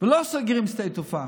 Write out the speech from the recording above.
ולא סוגרים את שדה התעופה.